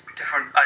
different